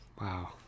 Wow